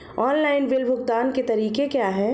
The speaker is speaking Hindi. ऑनलाइन बिल भुगतान के तरीके क्या हैं?